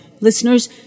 Listeners